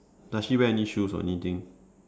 does she wear any shoes or anything